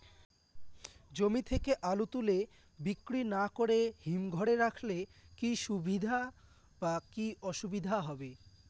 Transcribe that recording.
জমি থেকে আলু তুলে বিক্রি না করে হিমঘরে রাখলে কী সুবিধা বা কী অসুবিধা হবে?